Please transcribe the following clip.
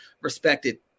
respected